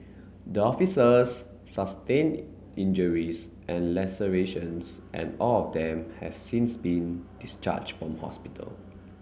the officers sustained injuries and lacerations and all of them have since been discharged from hospital